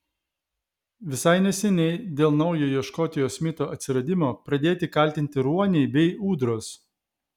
visai neseniai dėl naujojo škotijos mito atsiradimo pradėti kaltinti ruoniai bei ūdros